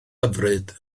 hyfryd